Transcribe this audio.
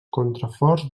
contraforts